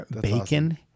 bacon